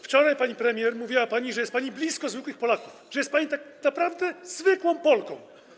Wczoraj, pani premier, mówiła pani, że jest pani blisko zwykłych Polaków, że jest pani tak naprawdę zwykłą Polką.